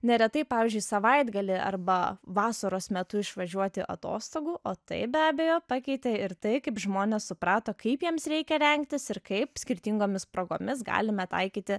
neretai pavyzdžiui savaitgalį arba vasaros metu išvažiuoti atostogų o tai be abejo pakeitė ir tai kaip žmonės suprato kaip jiems reikia rengtis ir kaip skirtingomis progomis galime taikyti